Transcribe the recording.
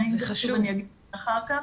אני אגיד אחר כך.